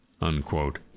unquote